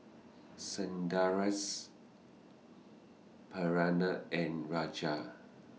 Sundaresh Pranav and Raja